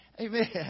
Amen